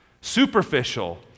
Superficial